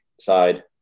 side